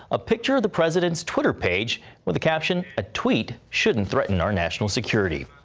a picture of the president's twitter page with a caption a tweet shouldn't threaten our national security.